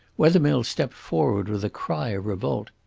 wethermill stepped forward with a cry of revolt.